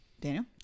Daniel